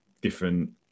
different